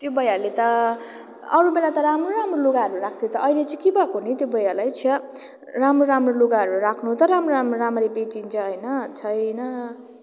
त्यो भैयाले त अरू बेला त राम्रो राम्रो लुगाहरू राख्थ्यो त अहिले चाहिँ के भएको नि त्यो भैयालाई छ्या राम्रो राम्रो लुगाहरू राख्नु त राम्रो राम्रो राम्ररी बेचिन्छ होइन छैन